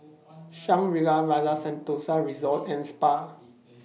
Shangri La's Rasa Sentosa Resort and Spa